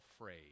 afraid